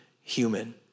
human